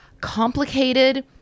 complicated